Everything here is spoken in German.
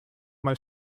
mal